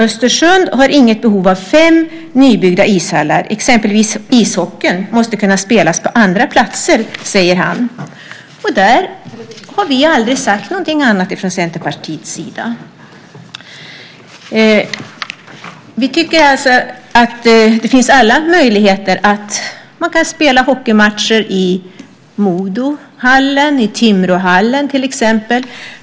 Östersund har inget behov av fem nybyggda ishallar. Exempelvis ishockeyn måste kunna spelas på andra platser, säger han. Vi har aldrig sagt någonting annat från Centerpartiets sida. Vi tycker alltså att det finns alla möjligheter att man kan spela hockeymatcher i Modohallen och i Timråhallen till exempel.